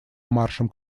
маршем